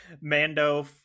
mando